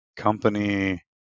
Company